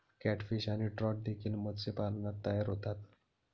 catfish आणि trout देखील मत्स्यपालनात तयार होतात